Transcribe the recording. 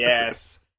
Yes